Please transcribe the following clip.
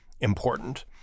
important